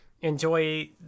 enjoy